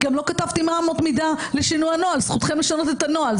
גם לא כתבתם מהן אמות המידה לשינוי הנוהל; זוהי זכותכם לשנות את הנוהל.